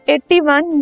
81